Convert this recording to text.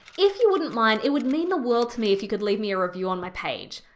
if you wouldn't mind, it would mean the world to me if you could leave me a review on my page.